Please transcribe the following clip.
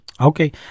Okay